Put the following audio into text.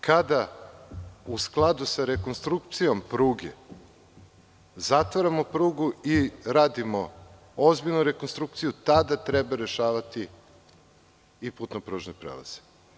Kada u skladu sa rekonstrukcijom pruge zatvaramo prugu i radimo ozbiljnu rekonstrukciju tada treba rešavati i putno-pružne prelaze.